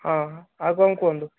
ହଁ ଆଉ କ'ଣ କୁହନ୍ତୁ